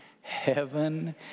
heaven